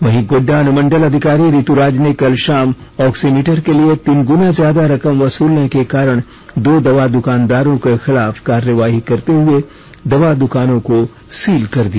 वहीं गोड्डा अनुमंडल अधिकारी ऋतुराज ने कल शाम ऑक्सीमीटर के लिए तीन गुना ज्यादा रकम वसूलने के कारण दो दवा दुकानदारों के खिलाफ कार्यवाही करते हुए दवा दुकानों को सील कर दिया